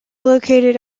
located